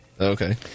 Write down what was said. Okay